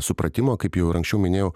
supratimo kaip jau ir anksčiau minėjau